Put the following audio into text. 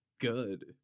good